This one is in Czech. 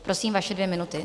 Prosím, vaše dvě minuty.